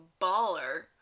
baller